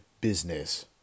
business